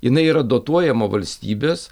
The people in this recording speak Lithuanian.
jinai yra dotuojama valstybės